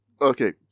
Okay